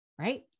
right